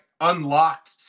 unlocked